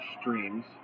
streams